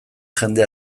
jende